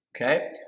Okay